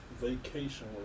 vacation